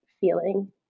feeling